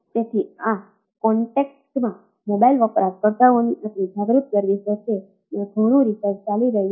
તેથી આ કોનટેક્સ્ટમાં મોબાઇલ વપરાશકર્તાઓની આપણી જાગૃત સર્વિસો છે ત્યાં ઘણું રીસર્ચ ચાલી રહ્યું છે